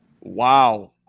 Wow